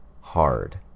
hard